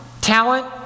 talent